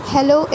Hello